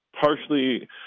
partially